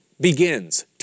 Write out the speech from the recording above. begins